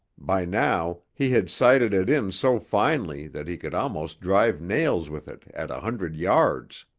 by now he had sighted it in so finely that he could almost drive nails with it at a hundred yards.